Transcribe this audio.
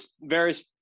various